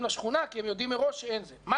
לשכונה כי הם יודעים מראש שאין בית ספר.